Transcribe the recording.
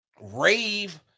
rave